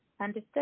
Understood